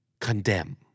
Condemn